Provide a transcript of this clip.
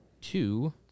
two